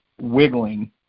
wiggling